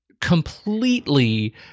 completely